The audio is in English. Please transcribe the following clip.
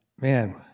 man